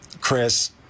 Chris